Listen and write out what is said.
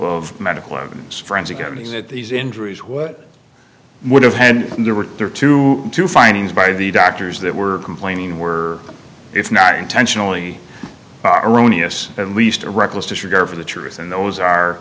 of medical evidence forensic evidence that these injuries what would have happened there were there to do findings by the doctors that were complaining were if not intentionally erroneous at least a reckless disregard for the truth and those are